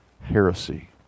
heresy